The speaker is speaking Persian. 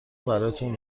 براتون